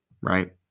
right